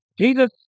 Jesus